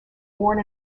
born